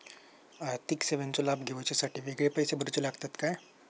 आर्थिक सेवेंचो लाभ घेवच्यासाठी वेगळे पैसे भरुचे लागतत काय?